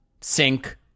sink